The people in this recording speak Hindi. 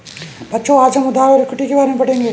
बच्चों आज हम उधार और इक्विटी के बारे में पढ़ेंगे